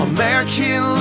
American